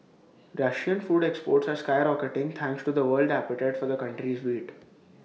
Russian food exports are skyrocketing thanks to the world's appetite for the country's wheat